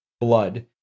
blood